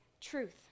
truth